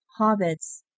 hobbits